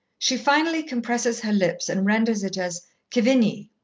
she finally compresses her lips and renders it as kevinnie!